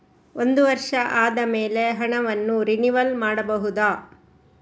ಒಂದು ವರ್ಷ ಆದಮೇಲೆ ಹಣವನ್ನು ರಿನಿವಲ್ ಮಾಡಬಹುದ?